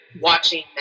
watching